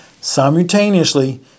Simultaneously